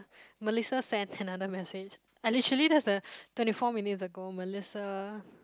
Melissa sent another message and literally that's a twenty four minutes ago Melissa